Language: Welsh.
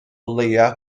leia